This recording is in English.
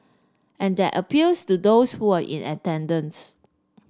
and that appeals to those who were in attendance